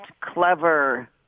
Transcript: clever